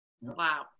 Wow